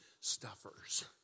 stuffers